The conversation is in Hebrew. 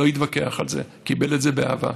הוא לא התווכח על זה, קיבל את זה באהבה.